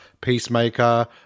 Peacemaker